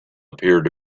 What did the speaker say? appeared